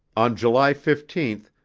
on july fifteen,